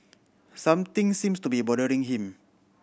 something seems to be bothering him